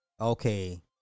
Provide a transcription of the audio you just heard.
okay